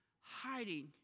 Hiding